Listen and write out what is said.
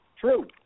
True